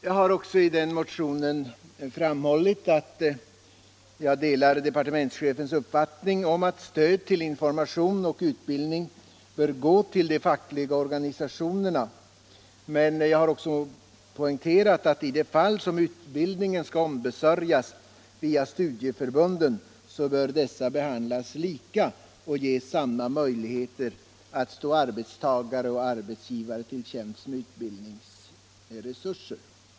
Jag har i motionen framhållit att jag delar departementschefens uppfattning om att stöd till information och utbildning bör gå till de fackliga organisationerna, men jag har också poängterat att i de fall som utbildningen skall ombesörjas via studieförbunden bör dessa behandlas lika och ges samma möjligheter att stå arbetstagare och arbetsgivare till tjänst med utbildningsresurser.